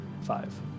Five